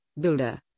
builder